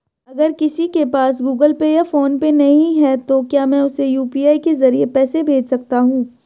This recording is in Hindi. अगर किसी के पास गूगल पे या फोनपे नहीं है तो क्या मैं उसे यू.पी.आई के ज़रिए पैसे भेज सकता हूं?